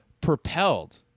propelled